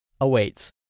awaits